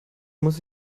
muss